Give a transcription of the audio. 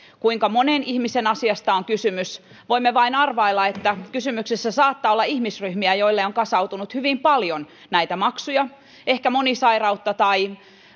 kuinka monen ihmisen asiasta on kysymys voimme vain arvailla että kysymyksessä saattaa olla ihmisryhmiä joille on kasautunut hyvin paljon näitä maksuja ehkä monisairautta tai